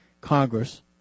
Congress